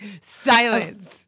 Silence